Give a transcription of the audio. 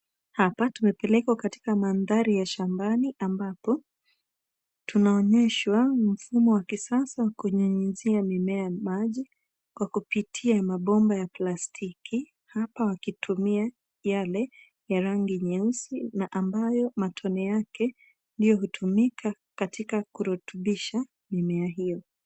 Hapa tumepelekwa katika mandhari ya shambani ambapo tunaonyeshwa mfumo wa kisasa kunyunyizia mimea maji kwa kupitia mabomba ya plastiki, hapa wakitumia yale ya rangi nyeusi na ambayo matone yake ndio hutumika kurutubisha mimea hio.